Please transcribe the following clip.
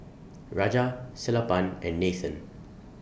Raja Sellapan and Nathan